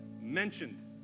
mentioned